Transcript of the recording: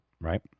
right